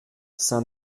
saint